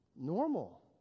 normal